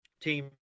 Team